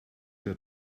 der